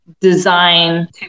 design